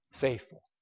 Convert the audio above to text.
faithful